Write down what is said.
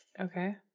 Okay